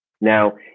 Now